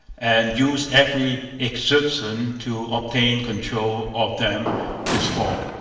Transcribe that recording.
and use every exertion to obtain control of them this fall